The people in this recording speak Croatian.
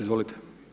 Izvolite.